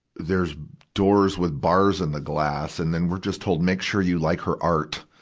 there's doors with bars in the glass. and then we're just told, make sure you like her art.